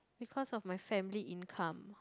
because of my family income